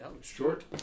Short